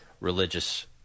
religious